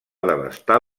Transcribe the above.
devastar